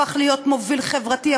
הפך להיות מוביל חברתי,